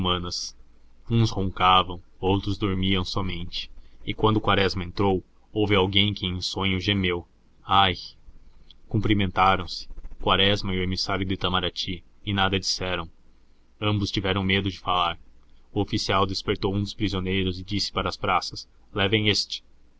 humanas uns roncavam outros dormiam somente e quando quaresma entrou houve alguém que em sonho gemeu ai cumprimentaram-se quaresma e o emissário do itamarati e nada disseram ambos tiveram medo de falar o oficial despertou um dos prisioneiros e disse para as praças levem este